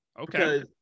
Okay